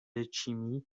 letchimy